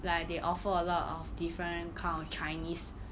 like they offer a lot of different kind of chinese